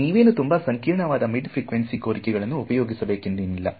ನೀವೇನು ತುಂಬಾ ಸಂಕೀರ್ಣವಾದ ಮೀಡ್ ಫ್ರಿಕ್ವೆನ್ಸಿ ಕೋರಿಕೆಗಳನ್ನು ಉಪಯೋಗಿಸಬೇಕೆಂದೇನಿಲ್ಲ